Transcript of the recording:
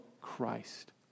Christ